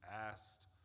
asked